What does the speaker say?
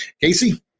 Casey